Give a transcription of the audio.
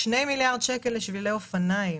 שני מיליארד שקל לשבילי אופניים,